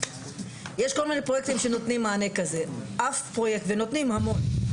יש כל מיני פרויקטים שנותנים מענה כזה ונותנים המון.